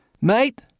Mate